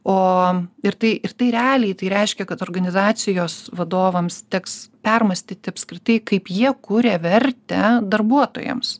o ir tai ir tai realiai tai reiškia kad organizacijos vadovams teks permąstyti apskritai kaip jie kuria vertę darbuotojams